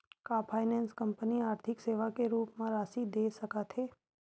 का finance company आर्थिक सेवा के रूप म राशि दे सकत हे?